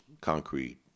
concrete